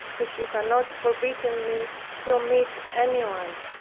if you had not forbidden me to omit any one.